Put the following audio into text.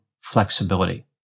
flexibility